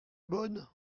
bonne